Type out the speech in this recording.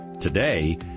Today